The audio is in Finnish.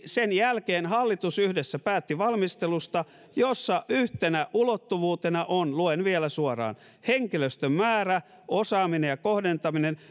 sen jälkeen hallitus yhdessä päätti valmistelusta jossa yhtenä ulottuvuutena on luen vielä suoraan henkilöstön määrä osaaminen ja kohdentaminen